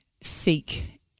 seek